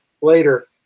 later